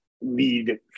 lead